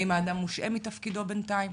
האם האדם מושעה מתפקידו בינתיים?